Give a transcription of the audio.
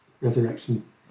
resurrection